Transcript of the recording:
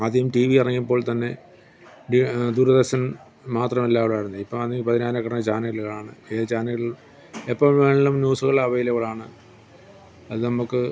ആദ്യം T V ഇറങ്ങിയപ്പോൾ തന്നെ ഡി ദൂരദർശൻ മാത്രമല്ലെ ഉണ്ടാരുന്നത് ഇപ്പം ആണെങ്കിൽ പതിനായിരക്കണക്കിന് ചാനലുകളാണ് ഏത് ചാനൽ എപ്പോൾ വേണേലും ന്യൂസുകൾ അവൈലബിളാണ് അത് നമുക്ക്